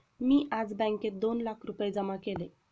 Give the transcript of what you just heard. मी आज बँकेत दोन लाख रुपये जमा केले